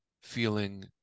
feeling